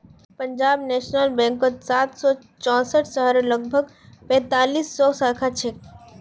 Punjab national बैंकेर सात सौ चौसठ शहरत लगभग पैंतालीस सौ शाखा छेक